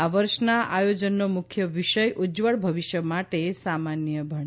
આ વર્ષના આયોજનનો મુખ્ય વિષય ઉજજવળ ભવીષ્ય માટે સામાન્યભણી